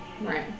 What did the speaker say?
right